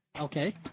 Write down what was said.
Okay